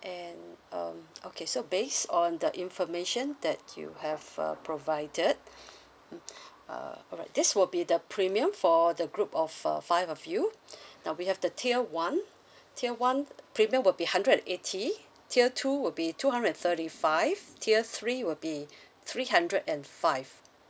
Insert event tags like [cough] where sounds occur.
and um okay so based on the information that you have uh provided [breath] mm uh alright this will be the premium for the group of a five of you [breath] now we have the tier one tier one premium will be hundred and eighty tier two will be two hundred and thirty five tier three will be [breath] three hundred and five